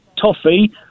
toffee